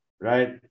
right